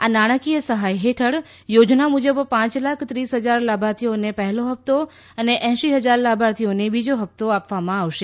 આ નાણાંકીય સહાય હેઠળ યોજના મુજબ પાંચ લાખ ત્રીસ હજાર લાભાર્થીઓને પહેલો હપ્તો અને એંશી હજાર લાભાર્થીઓને બીજો હપ્તો આપવામાં આવશે